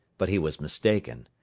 but he was mistaken.